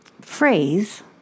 phrase